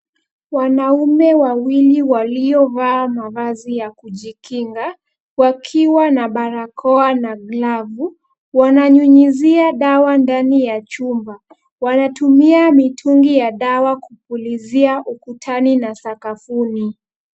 Wanaume wawili waliovaa mavazi ya kujikinga, wakiwa na barakoa na glavu, wananyunyizia dawa ndani ya chumba. Wanatumia mitungi ya dawa kupulizia ukutani na sakafuni.